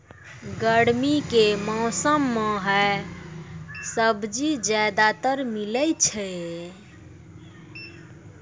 गर्मी के मौसम मं है सब्जी ज्यादातर मिलै छै